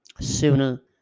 sooner